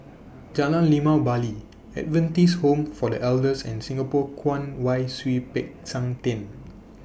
Jalan Limau Bali Adventist Home For The Elders and Singapore Kwong Wai Siew Peck San Theng